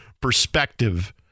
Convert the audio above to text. perspective